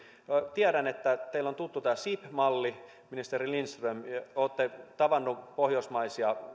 tiedän että teille on tuttu tämä sib malli ministeri lindström olette tavannut pohjoismaisia